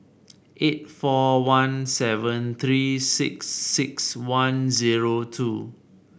eight four one seven three six six one zero two